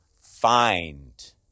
find